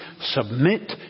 Submit